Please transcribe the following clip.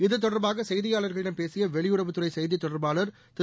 இது தொடர்பாக செய்தியாளர்களிடம் பேசிய வெளியுறவுத்துறை செய்தித் தொடர்பாளர் திரு